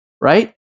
right